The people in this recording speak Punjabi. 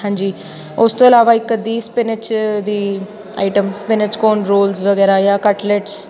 ਹਾਂਜੀ ਉਸ ਤੋਂ ਇਲਾਵਾ ਇੱਕ ਅੱਧੀ ਸਪੀਨੀਚ ਦੀ ਆਈਟਮ ਸਪੀਨੀਚ ਕੋਨ ਰੋਲ ਵਗੈਰਾ ਜਾਂ ਕੱਟਲੈਟਸ